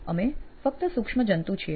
અમે ફક્ત દીવાલ પરના કીડા છીએ